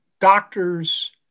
doctor's